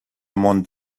mont